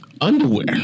Underwear